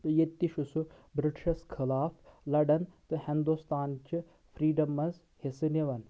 تہٕ ییٚتِہِ تہِ چھُ سُہ بِرٛٹِشَس خٕلاف لَڈان تہٕ ہندُستانچِہ فرٛی ڈَم منٛز حِصہٕ نِوان